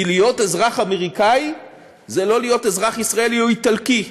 כי להיות אזרח אמריקני זה לא להיות אזרח ישראלי או איטלקי,